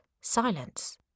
Silence